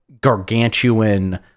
gargantuan